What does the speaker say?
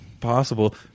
possible